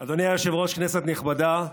אדוני היושב-ראש, כנסת נכבדה,